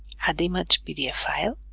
add image pdf file